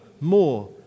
more